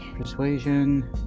Persuasion